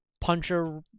puncher